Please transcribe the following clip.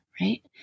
right